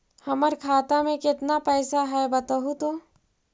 हमर खाता में केतना पैसा है बतहू तो?